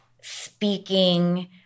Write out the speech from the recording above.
speaking